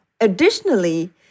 Additionally